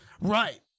Right